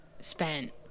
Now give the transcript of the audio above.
spent